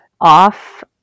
off